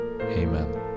amen